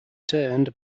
turned